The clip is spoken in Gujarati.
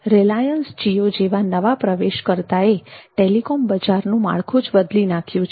રિલાયન્સ જિયો જેવા નવા પ્રવેશકર્તા એ ટેલિકોમ બજારનું માળખું જ બદલી નાખ્યું છે